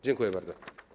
Dziękuję bardzo.